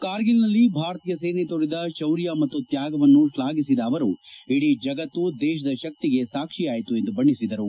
ಕಾರ್ಗಿಲ್ನಲ್ಲಿ ಭಾರತೀಯ ಸೇನೆ ತೋರಿದ ಶೌರ್ಯ ಮತ್ತು ತ್ಯಾಗವನ್ನು ಶ್ಲಾಘಿಸಿದ ಅವರು ಇಡೀ ಜಗತ್ತು ದೇಶದ ಶಕ್ತಿಗೆ ಸಾಕ್ವಿಯಾಯಿತು ಎಂದು ಬಣ್ಣಿಸಿದರು